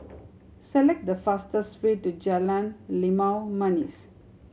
select the fastest way to Jalan Limau Manis